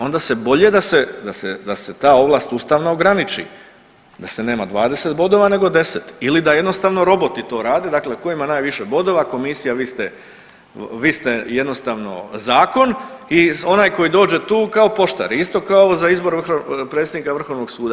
Ona se bolje da se, da se ta ovlast ustavna ograniči, da se nema 20 bodova nego 10 ili da jednostavno roboti to rade, dakle tko ima najviše bodova, komisija vi ste, vi ste jednostavno zakon i onaj koji dođe tu kao poštar je, isto kao za izbor predsjednika Vrhovnog suda.